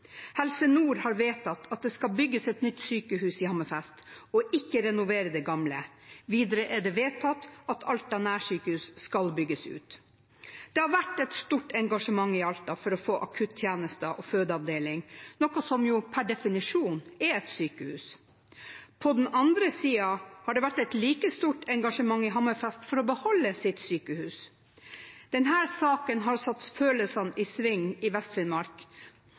Helse Nord har vedtatt at det skal bygges et nytt sykehus i Hammerfest, og at det gamle ikke skal renoveres. Videre er det vedtatt at Alta nærsykehus skal bygges ut. Det har vært et stort engasjement i Alta for å få akuttjenester og fødeavdeling, noe som per definisjon er et sykehus. På den andre siden har det vært et like stort engasjement i Hammerfest for å beholde sitt sykehus. Denne saken har satt følelsene i sving i